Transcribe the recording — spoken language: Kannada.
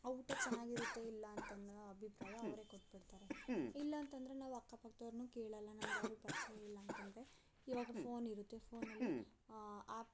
ಆ ಊಟ ಚೆನ್ನಾಗಿರುತ್ತೆ ಇಲ್ಲ ಅಂತ ಅನ್ನೋ ಅಭಿಪ್ರಾಯ ಅವರೇ ಕೊಟ್ಬಿಡ್ತಾರೆ ಇಲ್ಲಾಂತಂದರೆ ನಾವು ಅಕ್ಕಪಕ್ದವ್ರನ್ನೂ ಕೇಳಲ್ಲ ನಮಗೆ ಯಾರೂ ಪರಿಚಯ ಇಲ್ಲ ಅಂತಂದರೆ ಇವಾಗ ಫೋನಿರುತ್ತೆ ಫೋನಲ್ಲಿ ಆ್ಯಪ್